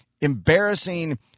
embarrassing